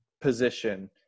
position